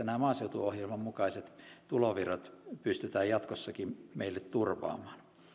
nämä maaseutuohjelman mukaiset tulovirrat pystytään jatkossakin meille turvaamaan